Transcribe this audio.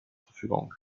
verfügung